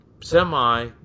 semi